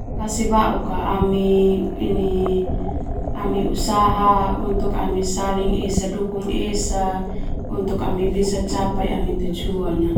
Makasih bauk ami ini ami usaha untuk esa saling dukung esa untuk ami capai ami tujuan.